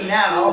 now